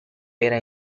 era